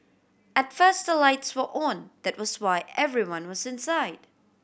at first the lights were own that was why everyone was inside